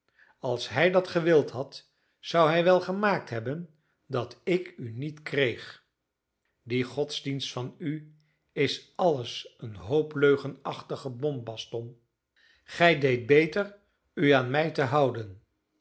als hij dat gewild had zou hij wel gemaakt hebben dat ik u niet kreeg die godsdienst van u is alles een hoop leugenachtige bombast tom gij deedt beter u aan mij te houden